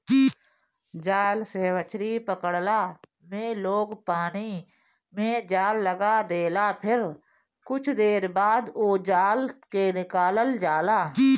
जाल से मछरी पकड़ला में लोग पानी में जाल लगा देला फिर कुछ देर बाद ओ जाल के निकालल जाला